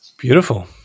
Beautiful